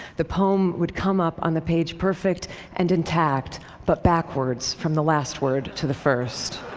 the poem would come up on the page perfect and intact but backwards, from the last word to the first.